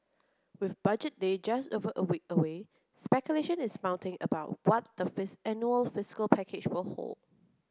with Budget Day just over a week away speculation is mounting about what the fix annual fiscal package will hold